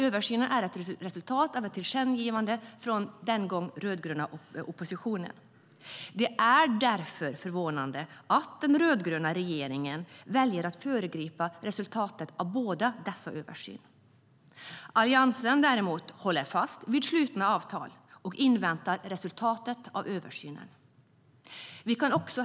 Översynen är ett resultat av ett tillkännagivande för den dåvarande rödgröna oppositionen. Det är därför förvånande att den rödgröna regeringen väljer att föregripa resultaten av båda dessa översyner. Alliansen, däremot, håller fast vid slutna avtal och inväntar resultatet av översynen. Herr talman!